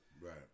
Right